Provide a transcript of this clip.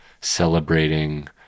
celebrating